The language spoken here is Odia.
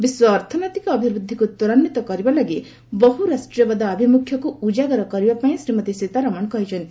ବିଶ୍ୱ ଅର୍ଥନୈତିକ ଅଭିବୃଦ୍ଧିକୁ ତ୍ୱରାନ୍ୱିତ କରିବା ଲାଗି ବହୁ ରାଷ୍ଟ୍ରୀୟବାଦ ଆଭିମୁଖ୍ୟକୁ ଉଜାଗର କରିବା ପାଇଁ ଶ୍ରୀମତୀ ସୀତାରମଣ କହିଛନ୍ତି